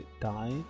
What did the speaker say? die